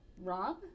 Rob